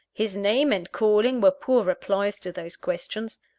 his name and calling were poor replies to those questions.